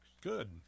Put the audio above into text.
Good